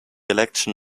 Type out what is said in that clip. election